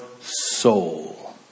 soul